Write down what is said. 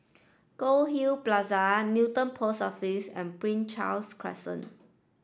Goldhill Plaza Newton Post Office and Prince Charles Crescent